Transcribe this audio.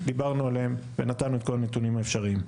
דיברנו עליהם ונתנו את כל הנתונים האפשריים.